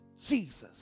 Jesus